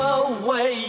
away